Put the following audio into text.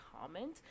comment